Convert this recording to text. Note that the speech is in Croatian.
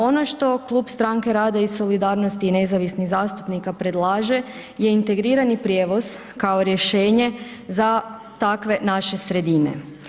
Ono što klub Stranke rada i solidarnosti i nezavisnih zastupnika predlaže je integrirani prijevoz kao rješenje za takve naše sredine.